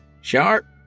Sharp